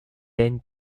and